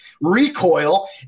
recoil